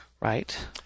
Right